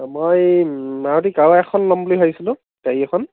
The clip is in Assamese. অঁ মই মাৰুতি কাৰ এখন ল'ম বুলি ভাবিছিলোঁ গাড়ী এখন